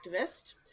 activist